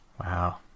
Wow